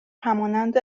همانند